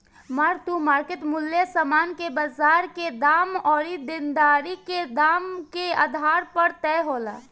mark to market मूल्य समान के बाजार के दाम अउरी देनदारी के दाम के आधार पर तय होला